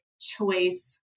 choice